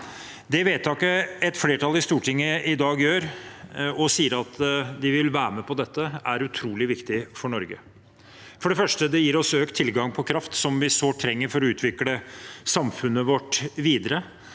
Det vedtaket et flertall i Stortinget i dag gjør og sier at de vil være med på, er utrolig viktig for Norge. For det første: Det gir oss økt tilgang på kraft som vi sårt trenger for å utvikle samfunnet vårt videre.